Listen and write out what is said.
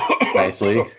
nicely